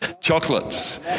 chocolates